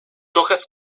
hojas